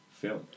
film